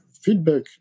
feedback